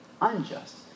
unjust